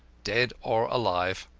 dead or alive.